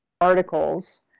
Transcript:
articles